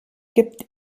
gibt